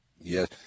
Yes